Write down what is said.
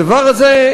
הדבר הזה,